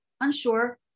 unsure